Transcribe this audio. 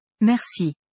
Merci